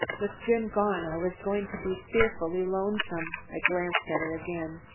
with jim gone, i was going to be fearfully lonesome. i glanced at her again.